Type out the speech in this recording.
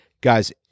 guys